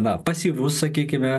na pasyvus sakykime